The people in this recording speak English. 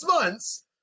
months